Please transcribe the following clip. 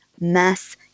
mass